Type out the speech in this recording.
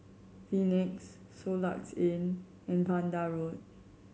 Phoenix Soluxe Inn and Vanda Road